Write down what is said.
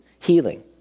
healing